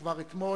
וכבר אתמול,